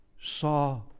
saw